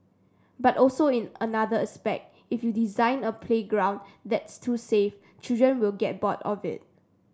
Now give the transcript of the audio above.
but also in another aspect if you design a playground that's too safe children will get bored of it